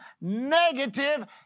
negative